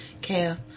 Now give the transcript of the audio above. care